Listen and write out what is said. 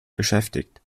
beschäftigt